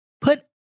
Put